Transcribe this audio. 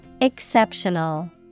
Exceptional